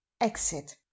Exit